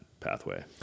pathway